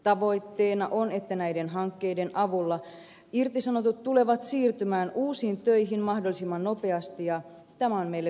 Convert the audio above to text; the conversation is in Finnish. tavoitteena on että näiden hankkeiden avulla irtisanotut tulevat siirtymään uusiin töihin mahdollisimman nopeasti ja tämä on meille vihreille tärkeää